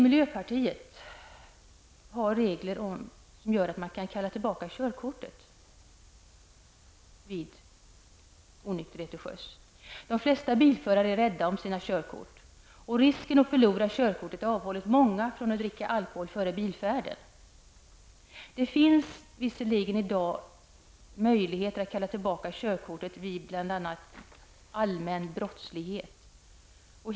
Miljöpartiet vill också ha regler om återkallelse av körkort vid onykterhet till sjöss. De flesta bilförare är rädda om sina körkort. Risken för att förlora körkortet har avhållit många från att dricka alkohol före bilfärden. Det finns visserligen i dag möjligheter att återkalla körkortet vid bl.a. allmän brottslighet.